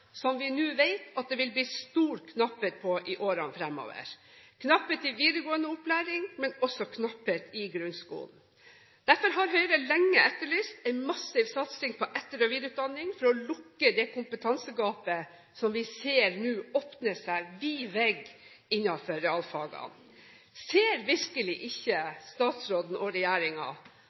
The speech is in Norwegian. som vi nå vet det vil bli stor knapphet på i årene fremover – ikke bare knapphet i videregående opplæring, men også knapphet i grunnskolen. Høyre har lenge etterlyst en massiv satsing på etter- og videreutdanning for å lukke det kompetansegapet som vi nå ser åpner seg på vid vegg innenfor realfagene. Ser virkelig ikke statsråden og